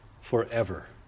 forever